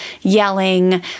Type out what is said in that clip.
yelling